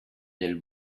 del